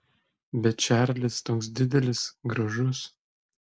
bet čarlis toks didelis gražus